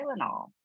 Tylenol